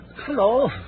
Hello